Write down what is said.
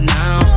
now